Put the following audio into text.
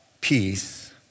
peace